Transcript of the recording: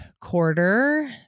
quarter